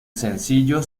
sencillo